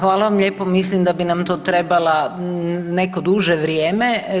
Hvala vam lijepo, mislim da bi nam tu trebalo neko duže vrijeme.